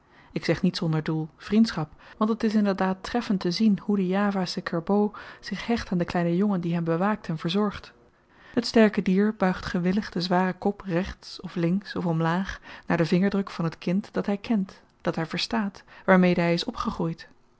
ik zeg niet zonder doel vriendschap want het is inderdaad treffend te zien hoe de javasche kerbo zich hecht aan den kleinen jongen die hem bewaakt en verzorgt het sterke dier buigt gewillig den zwaren kop rechts of links of omlaag naar den vingerdruk van t kind dat hy kent dat hy verstaat waarmede hy is opgegroeid